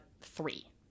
three